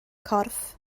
corff